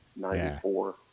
94